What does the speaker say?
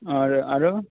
और आरो